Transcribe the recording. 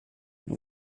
and